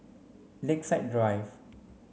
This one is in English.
Lakeside Drive